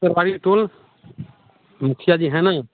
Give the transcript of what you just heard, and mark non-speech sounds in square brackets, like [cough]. [unintelligible] मुखिया जी हैं ना